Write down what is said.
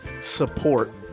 support